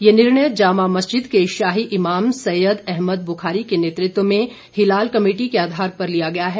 यह निर्णय जामा मस्जिद के शाही इमाम सैयद अहमद बुखारी के नेतृत्व में हिलाल कमेटी के आ धाार पर लिया गया है